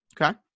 Okay